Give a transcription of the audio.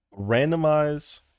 randomize